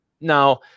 Now